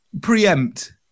preempt